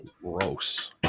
Gross